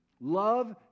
Love